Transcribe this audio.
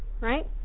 right